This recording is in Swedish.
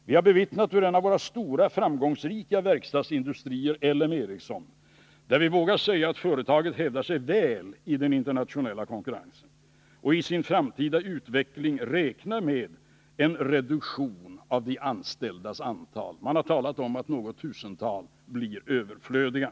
Vi har bevittnat att en av våra stora framgångsrika verkstadsindustrier — LM Ericsson, som vi vågar säga hävdar sig väl i den internationella konkurrensen — för sin framtida utveckling räknar med en reduktion av antalet anställda. Man har talat om att något tusental blir överflödiga.